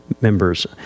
members